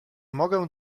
mogę